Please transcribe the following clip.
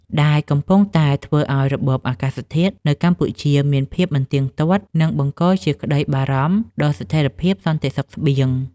ដែលកំពុងតែធ្វើឱ្យរបបអាកាសធាតុនៅកម្ពុជាមានភាពមិនទៀងទាត់ និងបង្កជាក្តីបារម្ភដល់ស្ថិរភាពសន្តិសុខស្បៀង។